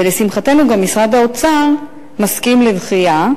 ולשמחתנו, גם משרד האוצר מסכים לדחייה,